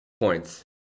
points